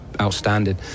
outstanding